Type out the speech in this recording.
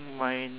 mine